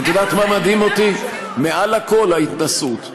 מציאות, מעל לכול, ההתנשאות.